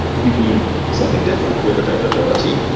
we mean something different with availability,